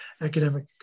academic